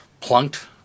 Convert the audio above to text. plunked